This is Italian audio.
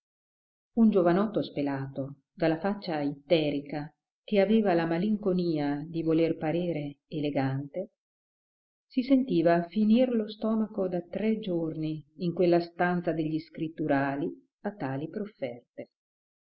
un giovanotto spelato dalla faccia itterica che aveva la malinconia di voler parere elegante si sentiva finir lo stomaco da tre giorni in quella stanza degli scritturali a tali